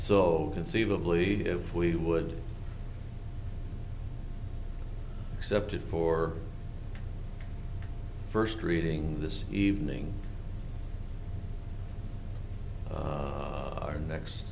so conceivably if we would accept it for first reading this evening or next